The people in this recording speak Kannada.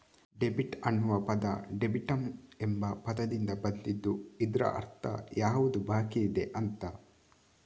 ಡೆಬಿಟ್ ಅನ್ನುವ ಪದ ಡೆಬಿಟಮ್ ಎಂಬ ಪದದಿಂದ ಬಂದಿದ್ದು ಇದ್ರ ಅರ್ಥ ಯಾವುದು ಬಾಕಿಯಿದೆ ಅಂತ